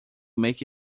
make